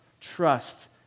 trust